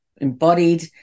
embodied